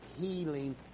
healing